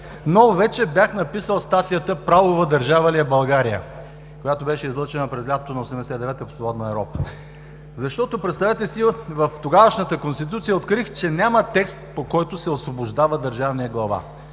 Но вече бях написал статията „Правова държава ли е България?“, която беше излъчена през лятото на 1989 г. по „Свободна Европа“. Защото, представете си, в тогавашната Конституция открих, че няма текст, по който се освобождава държавния глава.